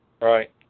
Right